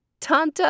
Tanta